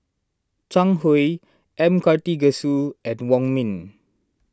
Zhang Hui M Karthigesu and Wong Ming